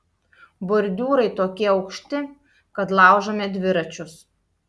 bordiūrai tokie aukšti kad laužome dviračius